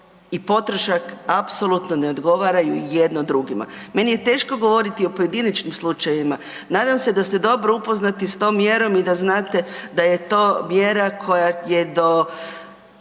i potrošak apsolutno ne odgovaraju jedno drugima. Meni je teško govoriti o pojedinačnim slučajevima, nadam se da ste dobro upoznati s tom mjerom i da znate da je to mjera koja je do